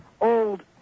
Old